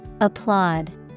Applaud